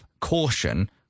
caution